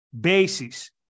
basis